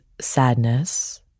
sadness